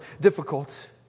difficult